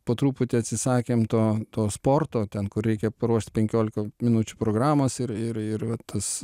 po truputį atsisakėme to to sporto ten kur reikia paruošt penkiolika minučių programos ir ir ir va tas